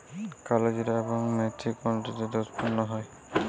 কালোজিরা এবং মেথি কোন ঋতুতে উৎপন্ন হয়?